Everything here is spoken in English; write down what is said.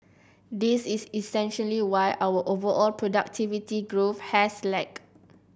this is essentially why our overall productivity growth has lagged